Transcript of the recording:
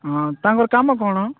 ହଁ ତାଙ୍କର କାମ କ'ଣ